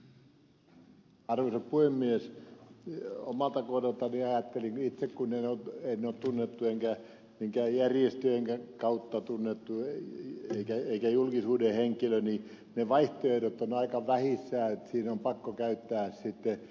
omalta kohdaltani ajattelin itse että kun en ole tunnettu enkä minkään järjestön kautta tunnettu enkä julkisuuden henkilö niin ne vaihtoehdot ovat aika vähissä ja siinä on pakko käyttää sitten rahaa